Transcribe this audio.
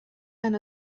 and